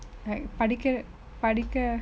like படிக்க படிக்க:padikka padikka